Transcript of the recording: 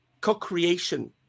co-creation